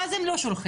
ואז הם לא שולחים.